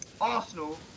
Arsenal